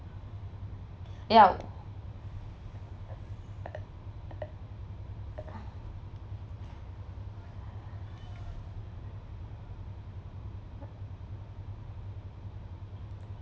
ya